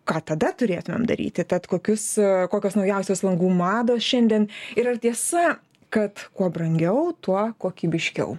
ką tada turėtumėm daryti tad kokius kokios naujausios langų mados šiandien ir ar tiesa kad kuo brangiau tuo kokybiškiau